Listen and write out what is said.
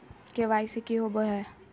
KYC की हॉबे हय?